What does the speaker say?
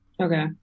Okay